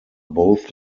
both